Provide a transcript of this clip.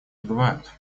бывают